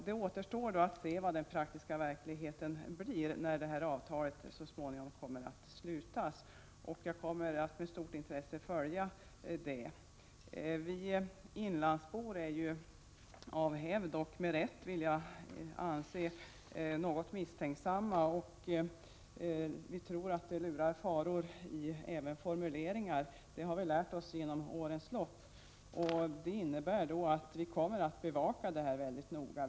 Det återstår att se vad den praktiska verkligheten blir när avtalet så småningom kommer att slutas, och jag kommer med stort intresse att följa det. Vi inlandsbor är av hävd — och med rätt, vill jag anse — något misstänksamma. Vi tror att det lurar faror även i formuleringar. Att det kan göra det har vi lärt oss under årens lopp. Därför kommer vi att mycket noga bevaka vad som sker.